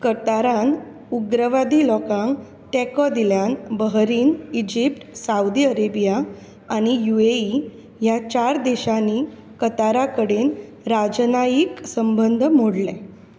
कतारान उग्रवादी लोकांक तेंको दिल्यान बहरीन इजिप्त साउदी अरेबिया आनी यु ए ई ह्या चार देशांनी कतारा कडेन राजनायीक संबंद मोडले